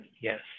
yes